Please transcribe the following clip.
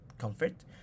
comfort